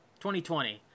2020